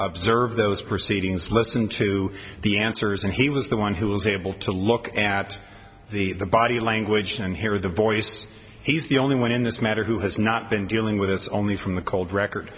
those proceedings listen to the answers and he was the one who was able to look at the body language and hear the voice he's the only one in this matter who has not been dealing with us only from the cold record